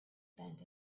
spent